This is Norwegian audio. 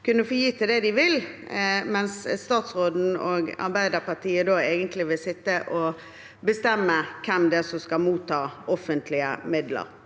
kunne få gi til det de vil, mens statsråden og Arbeiderpartiet vil sitte og bestemme hvem det er som skal motta offentlige midler.